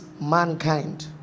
mankind